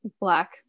Black